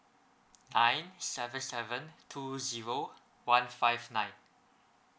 nine seven seven two zero one five nine